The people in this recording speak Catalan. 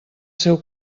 seu